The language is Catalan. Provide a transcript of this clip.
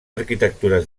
arquitectures